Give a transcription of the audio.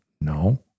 no